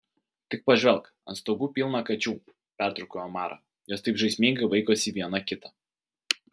tik pažvelk ant stogų pilna kačių pertraukiau omarą jos taip žaismingai vaikosi viena kitą